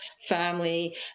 family